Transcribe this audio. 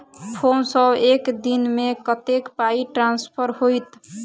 Phone सँ एक दिनमे कतेक पाई ट्रान्सफर होइत?